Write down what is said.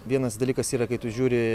vienas dalykas yra kai tu žiūri